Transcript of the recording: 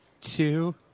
two